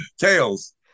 Tails